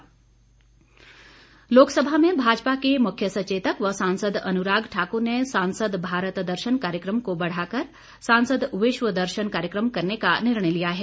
अनुराग ठाकुर लोक सभा में भाजपा के मुख्य सचेतक व सांसद अनुराग ठाकुर ने सांसद भारत दर्शन कार्यक्रम को बढ़ा कर सांसद विश्व दर्शन कार्यक्रम करने का निर्णय लिया है